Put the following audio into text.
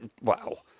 Wow